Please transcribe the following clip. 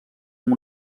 amb